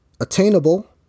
Attainable